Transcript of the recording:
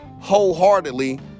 wholeheartedly